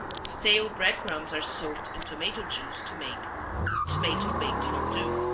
stale bread crumbs are soaked in tomato juice to make tomato baked fondue